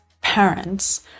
parents